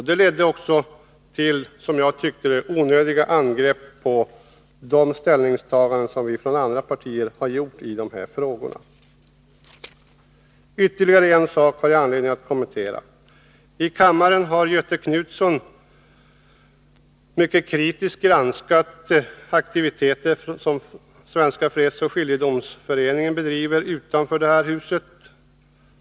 Det ledde också till, som jag tyckte, onödiga angrepp på de ställningstaganden som vi från andra partier har gjort i dessa frågor. Ytterligare en sak har jag anledning att kommentera. I kammaren har Göthe Knutson mycket kritiskt granskat de aktiviteter som Svenska fredsoch skiljedomsföreningen bedriver utanför detta hus.